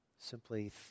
simply